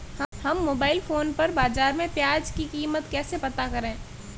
हम mobile phone पर बाज़ार में प्याज़ की कीमत कैसे पता करें?